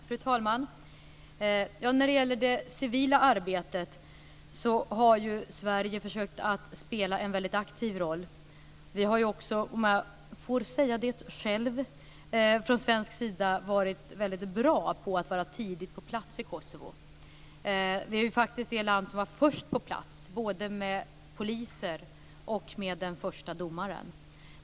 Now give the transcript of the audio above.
Fru talman! När det gäller det civila arbetet har ju Sverige försökt att spela en mycket aktiv roll. Vi har också, om jag får säga det själv, från svensk sida varit väldigt bra på att vara tidigt på plats i Kosovo. Sverige var faktiskt det land som var först på plats, både med poliser och med den första domaren.